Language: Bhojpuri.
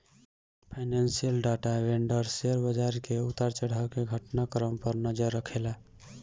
फाइनेंशियल डाटा वेंडर शेयर बाजार के उतार चढ़ाव के घटना क्रम पर नजर रखेला